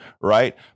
right